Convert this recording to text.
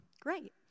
Great